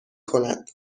کند